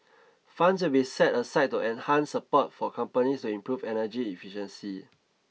funds will be set aside to enhance support for companies to improve energy efficiency